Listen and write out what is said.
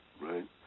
right